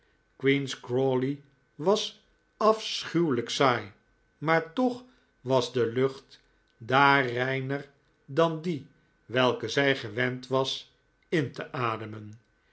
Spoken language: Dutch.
queen's crawley was afschuwelijk saai maar toch was de lucht daar reiner dan die welke zij gewend was in te ademen